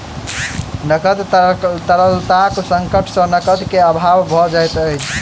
नकद तरलताक संकट सॅ नकद के अभाव भ जाइत छै